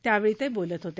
त्यावेळी ते बोलत होते